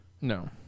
No